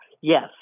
yes